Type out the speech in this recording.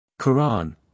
Quran